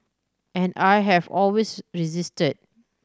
and I have always resisted